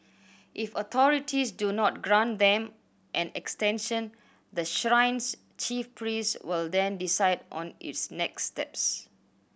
if authorities do not grant them an extension the shrine's chief priest will then decide on its next steps